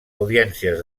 audiències